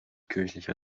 kirchlicher